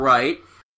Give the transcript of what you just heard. Right